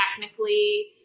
technically